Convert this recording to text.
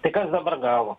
tai kas dabar gavo